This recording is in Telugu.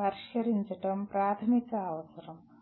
పరిష్కరించడం ప్రాథమిక అవసరం